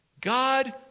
God